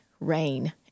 rain